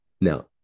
Now